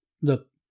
Look